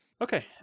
Okay